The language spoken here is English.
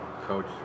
coach